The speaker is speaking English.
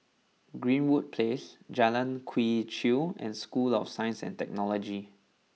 Greenwood Place Jalan Quee Chew and School of Science and Technology